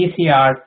PCR